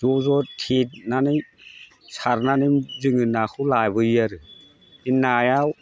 ज' ज' थेनानै सारनानै जोङो नाखौ लाबोयो आरो बे नायाव